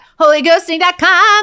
holyghosting.com